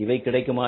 இவை கிடைக்குமா